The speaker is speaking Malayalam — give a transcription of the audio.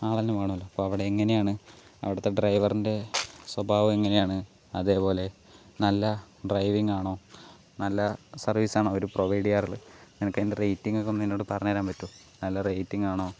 ആളെല്ലാം വേണമല്ലോ അപ്പോൾ അവിടെ എങ്ങനെയാണ് അവിടുത്തെ ഡ്രൈവറിൻ്റെ സ്വഭാവം എങ്ങനെയാണ് അതേപോലെ നല്ല ഡ്രൈവിങ്ങാണോ നല്ല സർവീസ് ആണോ അവര് പ്രൊവൈഡ് ചെയ്യാറുള്ളത് എനിക്ക് അതിൻ്റെ റേറ്റിംഗ് ഒക്കെ ഒന്ന് എന്നോട് പറഞ്ഞുതരാൻ പറ്റുമോ നല്ല റേറ്റിംങ്ങാണോ